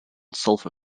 sulfur